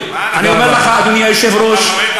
לך, אדוני היושב-ראש, אכן,